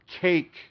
cake